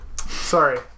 Sorry